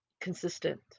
consistent